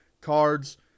cards